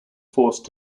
forced